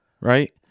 right